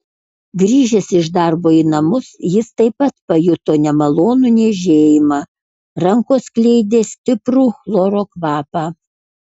grįžęs iš darbo į namus jis taip pat pajuto nemalonų niežėjimą rankos skleidė stiprų chloro kvapą